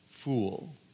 fool